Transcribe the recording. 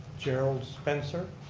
gerald spencer,